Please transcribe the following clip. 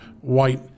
white